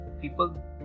people